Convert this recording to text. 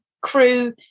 Crew